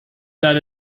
that